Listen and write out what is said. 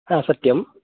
हा सत्यं